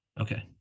Okay